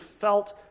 felt